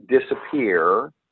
disappear